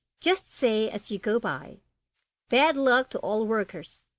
just say as you go by bad luck to all workers.